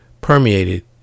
permeated